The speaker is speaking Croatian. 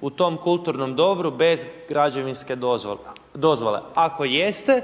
u tom kulturnom dobru bez građevinske dozvole. Ako jeste